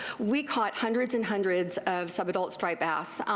we caught hundreds and hundreds of sub-adult striped bass.